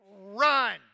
Run